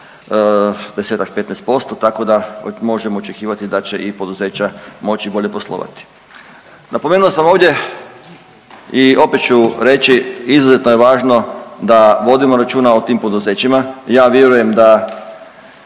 15%, tako da možemo očekivati da će i poduzeća moći bolje poslovati. Napomenuo sam ovdje i opet ću reći, izuzetno je važno da vodimo računa o tim poduzećima, ja vjerujem da